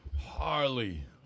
Harley